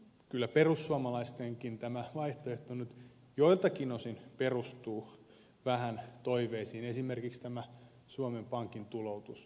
kyllä tämä perussuomalaistenkin vaihtoehto nyt joiltakin osin perustuu vähän toiveisiin esimerkiksi tämä suomen pankin tuloutus